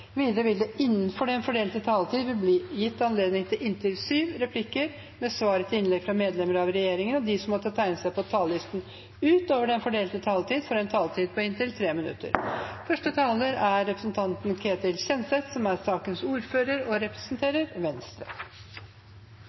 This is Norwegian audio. Videre vil det – innenfor den fordelte taletid – bli gitt anledning til inntil sju replikker med svar etter innlegg fra medlemmer av regjeringen, og de som måtte tegne seg på talerlisten utover den fordelte taletid, får også en taletid på inntil 3 minutter. Fleire parti er opptekne av motorferdsel i utmark og